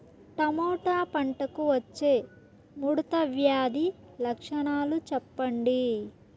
Tomato పంటకు వచ్చే ముడత వ్యాధి లక్షణాలు చెప్పండి?